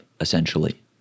essentially